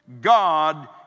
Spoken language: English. God